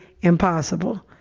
impossible